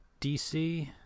dc